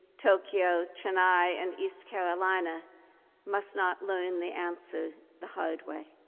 tokyo, chennai and east carolina must not learn the answer the hard way.